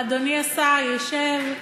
אדוני השר ישב,